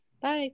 Bye